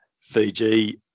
Fiji